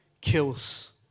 kills